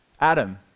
Adam